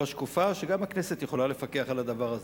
שגם הכנסת יכולה לפקח על הדבר הזה.